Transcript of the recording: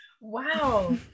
wow